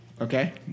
Okay